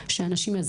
שאנשים יגיעו לפת לחם?